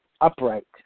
upright